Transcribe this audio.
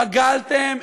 פגעתם,